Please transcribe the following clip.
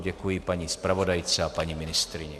Děkuji paní zpravodajce a paní ministryni.